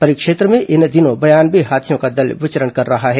परिक्षेत्र में इन दिनों बयानवे हाथियों का दल विचरण कर रहा है